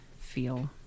feel